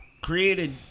created